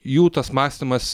jų tas mąstymas